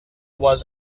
was